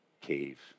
cave